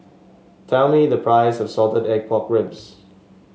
tell me the price of Salted Egg Pork Ribs